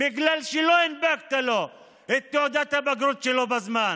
בגלל שלא הנפקת לו את תעודת הבגרות שלו בזמן?